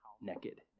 naked